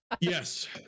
yes